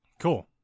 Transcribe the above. Cool